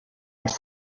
als